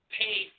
pay